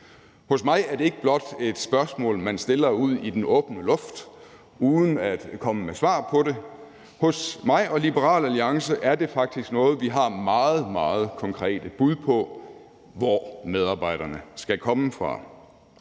Hos mig er det ikke blot et spørgsmål, man stiller ud i den blå luft uden at komme med svar på det. Hos mig og Liberal Alliance er det faktisk noget, vi har meget, meget konkrete bud på, altså hvor medarbejderne skal komme fra.